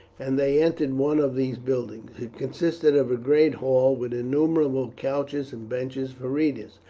and they entered one of these buildings. it consisted of a great hall with innumerable couches and benches for readers.